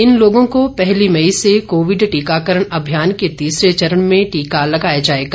इन लोगों को पहली मई से कोविड टीकाकरण अभियान के तीसरे चरण में टीका लगाया जाएगा